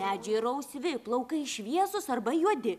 medžiai rausvi plaukai šviesūs arba juodi